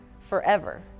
forever